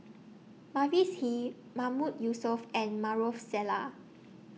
Mavis Hee Mahmood Yusof and Maarof Salleh